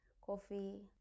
coffee